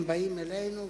הם באים אלינו,